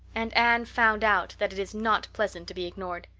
and anne found out that it is not pleasant to be ignored.